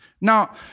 Now